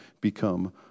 become